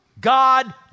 God